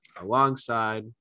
alongside